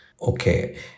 okay